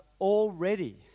already